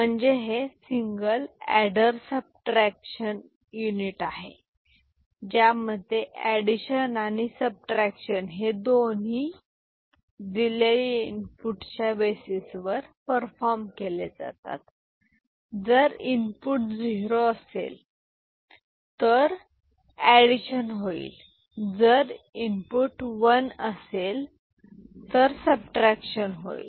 म्हणजे हे single adder subtraction unit आहे ज्यामध्ये एडिशन आणि सबट्रॅक्शन हे दोन्ही दिलेल्या इनपुट च्या बेसिस वर परफॉर्म केले जातात जर इनपुट झिरो असेल तर ऍडमिशन होईल जर इनपुट व नसेल तर सबट्रॅक्शन होईल